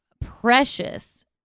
precious